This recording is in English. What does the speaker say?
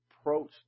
approach